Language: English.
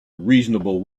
reasonable